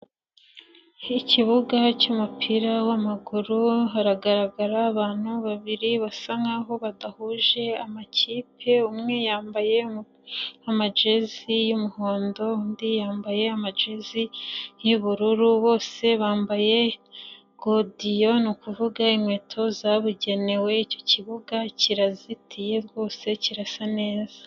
Ikibuga cy'umupira w'amaguru, haragaragara abantu babiri, basa nk'aho badahuje amakipe, umwe yambaye amajezi y'umuhondo, undi yambaye amajezi y'ubururu, bose bambaye godiyo ni ukuvuga inkweto zabugenewe, icyo kibuga kirazitiye, rwose kirasa neza.